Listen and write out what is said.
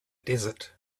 desert